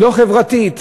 לא חברתית.